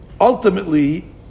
Ultimately